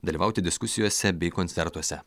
dalyvauti diskusijose bei koncertuose